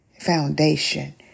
foundation